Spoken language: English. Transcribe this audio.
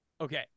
Okay